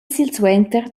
silsuenter